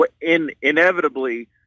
inevitably